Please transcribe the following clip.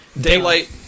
Daylight